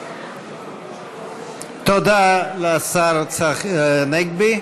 תודה לשר צחי הנגבי.